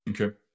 Okay